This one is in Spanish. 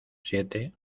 siete